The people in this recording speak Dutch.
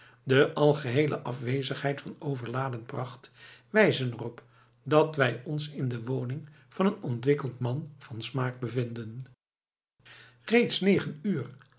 de algeheele afwezigheid van overladen pracht wijzen er op dat wij ons in de woning van een ontwikkeld man van smaak bevinden reeds negen uur